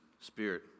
spirit